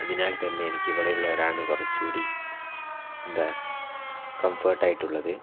അതിനാൽ തന്നെ എനിക്ക് ഇവിടെ ഉള്ളവരാണ് കുറച്ചുകൂടി എന്താ കംഫേർട്ട് ആയിട്ടുള്ളത്